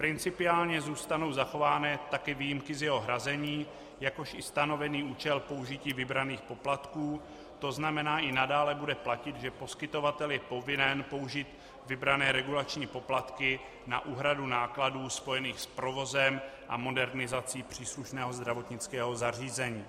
Principiálně zůstanou zachovány také výjimky z jeho hrazení, jakož i stanovený účel použití vybraných poplatků, to znamená, i nadále bude platit, že poskytovatel je povinen použít vybrané regulační poplatky na úhradu nákladů spojených s provozem a modernizací příslušného zdravotnického zařízení.